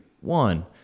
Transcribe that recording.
one